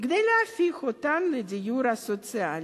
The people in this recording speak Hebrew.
כדי להפוך אותן לדיור סוציאלי,